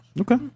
Okay